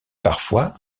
parfois